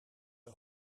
een